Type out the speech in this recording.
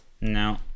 No